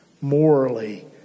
morally